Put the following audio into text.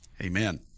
Amen